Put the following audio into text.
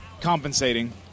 compensating